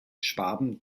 schwaben